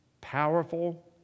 powerful